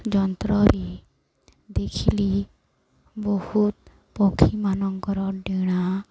ଯନ୍ତ୍ରରେ ଦେଖିଲି ବହୁତ ପକ୍ଷୀମାନଙ୍କର ଡେଣା